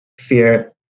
fear